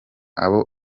abo